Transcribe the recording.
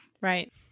Right